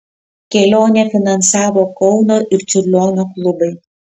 kelionę finansavo kauno ir čiurlionio klubai